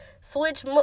switch